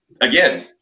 again